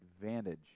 advantage